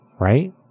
right